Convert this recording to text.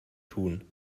tun